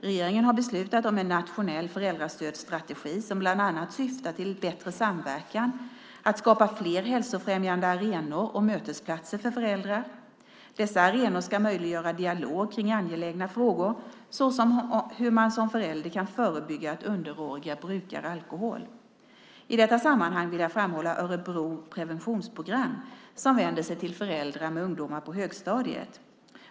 Regeringen har beslutat om en nationell föräldrastödsstrategi som bland annat syftar till att förbättra samverkan samt skapa fler hälsofrämjande arenor och mötesplatser för föräldrar. Dessa arenor ska möjliggöra dialog kring angelägna frågor såsom hur man som förälder kan förebygga att underåriga brukar alkohol. I detta sammanhang vill jag framhålla Örebros preventionsprogram, som vänder sig till föräldrar med ungdomar på högstadiet.